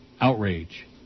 Outrage